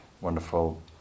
wonderful